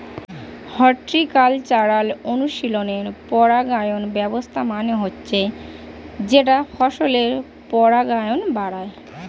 horticultural অনুশীলনে পরাগায়ন ব্যবস্থা মানে হচ্ছে যেটা ফসলের পরাগায়ন বাড়ায়